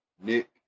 Nick